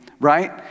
Right